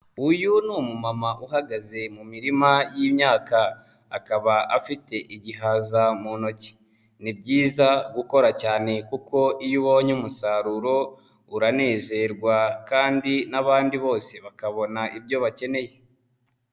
Uyu ni umumama uhagaze mu mirima y'imyaka, akaba afite igihaza mu ntoki. Ni byiza gukora cyane kuko iyo ubonye umusaruro uranezerwa kandi n'abandi bose bakabona ibyo bakeneye.